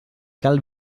cal